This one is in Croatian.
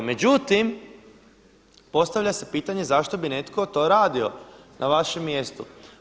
Međutim, postavlja se pitanje zašto bi netko to radio na vašem mjestu.